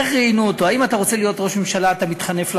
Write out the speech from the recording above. איך ראיינו אותו: האם אתה רוצה להיות ראש ממשלה ואתה מתחנף לחרדים?